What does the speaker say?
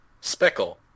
speckle